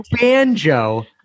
banjo